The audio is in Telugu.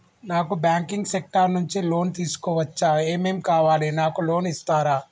నాకు బ్యాంకింగ్ సెక్టార్ నుంచి లోన్ తీసుకోవచ్చా? ఏమేం కావాలి? నాకు లోన్ ఇస్తారా?